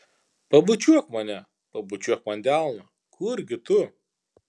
pabučiuok mane pabučiuok man delną kurgi tu